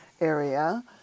area